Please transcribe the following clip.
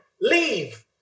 leave